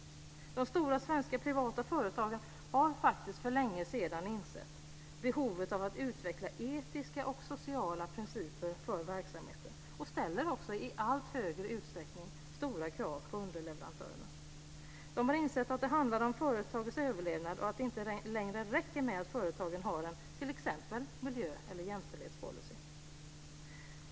De stora svenska privata företagen har faktiskt för längesedan insett behovet av att utveckla etiska och sociala principer i verksamheten. De ställer också i allt högre grad stora krav på underleverantörerna. De har insett att det handlar om företagets överlevnad och att det inte längre räcker att företaget har t.ex. en miljö eller jämställdhetspolicy.